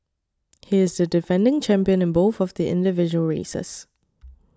he is the defending champion in both of the individual races